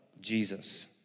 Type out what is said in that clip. Jesus